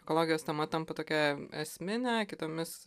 ekologijos tema tampa tokia esmine kitomis